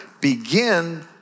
begin